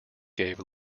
gave